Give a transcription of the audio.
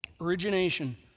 Origination